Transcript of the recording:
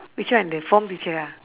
which one the form teacher ah